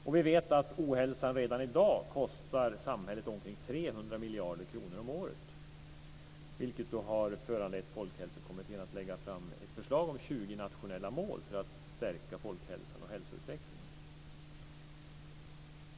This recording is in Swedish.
Och vi vet att ohälsan redan i dag kostar samhället omkring 300 miljarder kronor om året, vilket har föranlett Folkhälsokommittén att lägga fram ett förslag om 20 nationella mål för att stärka folkhälsan och hälsoutvecklingen.